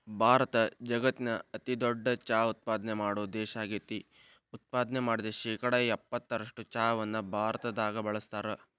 ಭಾರತ ಜಗತ್ತಿನ ಅತಿದೊಡ್ಡ ಚಹಾ ಉತ್ಪಾದನೆ ಮಾಡೋ ದೇಶ ಆಗೇತಿ, ಉತ್ಪಾದನೆ ಮಾಡಿದ ಶೇಕಡಾ ಎಪ್ಪತ್ತರಷ್ಟು ಚಹಾವನ್ನ ಭಾರತದಾಗ ಬಳಸ್ತಾರ